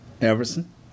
Everson